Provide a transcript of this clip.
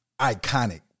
iconic